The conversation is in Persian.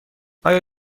آیا